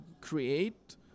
create